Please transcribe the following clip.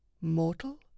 mortal